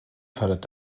fördert